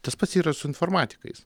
tas pats yra su informatikais